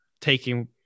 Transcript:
taking